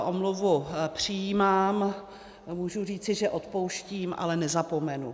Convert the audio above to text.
Omluvu přijímám, můžu říci, že odpouštím, ale nezapomenu.